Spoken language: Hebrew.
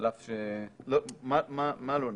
מה לא נאמר?